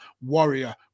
Warrior